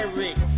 Eric